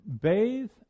bathe